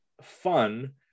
fun